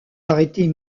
arrêtés